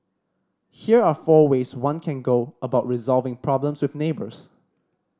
here are four ways one can go about resolving problems with neighbours